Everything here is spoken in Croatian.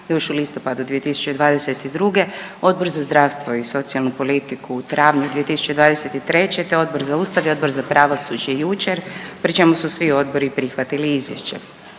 još u listopadu 2022., Odbor za zdravstvo i socijalnu politiku u travnju 2023., te Odbor za Ustav i Odbor za pravosuđe jučer pri čemu su svi odbori prihvatili izvješće.